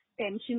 tension